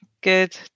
Good